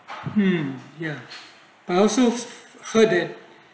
mm ya but also heard it